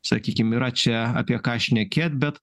sakykim yra čia apie ką šnekėt bet